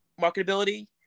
marketability